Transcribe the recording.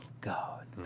God